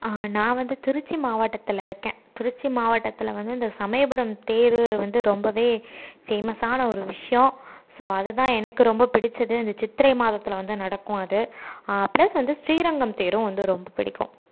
நான் வந்து திருச்சி மாவட்டத்தில் இருக்கேன் திருச்சி மாவட்டத்தில் வந்து இந்த சமயபுரம் தேர் வந்து ரொம்பவே பேமஸ்ஸான ஒரு விஷயம் ஸோ அது தான் எனக்கு ரொம்ப பிடிச்சது இந்த சித்திரை மாதத்தில் வந்து நடக்கும் அது பிளஸ் வந்து ஸ்ரீரங்கம் தேரும் வந்து ரொம்ப பிடிக்கும்